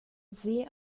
see